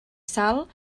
sal